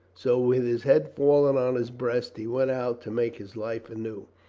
so with his head fallen on his breast, he went out to make his life anew.